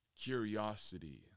curiosity